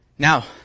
Now